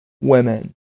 women